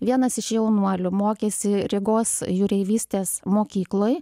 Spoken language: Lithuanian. vienas iš jaunuolių mokėsi rygos jūreivystės mokykloj